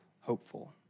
Hopeful